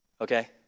okay